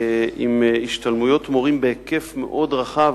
עם השתלמויות מורים בהיקף מאוד רחב,